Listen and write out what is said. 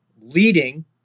leading